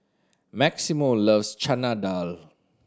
Maximo loves Chana Dal